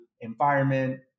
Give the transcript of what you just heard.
environment